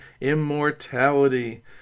immortality